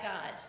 God